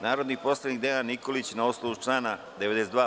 Narodni poslanik Dejan Nikolić, na osnovu člana 92.